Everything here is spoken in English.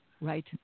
Right